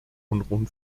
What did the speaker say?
unruhen